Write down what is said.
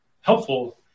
helpful